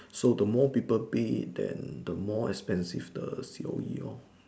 so the more people bid than the more expensive the C_O_E lor